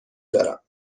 دارم